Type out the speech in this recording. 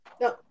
No